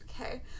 Okay